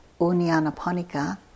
Unyanaponika